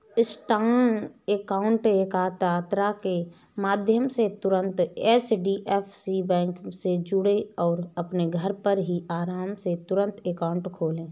Insta account यात्रा के माध्यम से तुरंत एच.डी.एफ.सी बैंक से जुड़ें और अपने घर पर ही आराम से तुरंत अकाउंट खोले